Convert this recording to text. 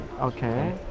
Okay